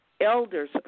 elders